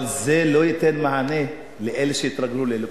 אבל זה לא ייתן מענה לאלה שהתרגלו ללוקסוס.